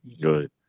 Good